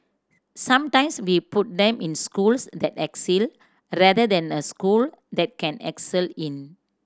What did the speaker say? sometimes we put them in schools that excel rather than a school that can excel in